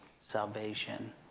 salvation